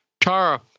Tara